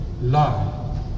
lie